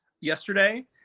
yesterday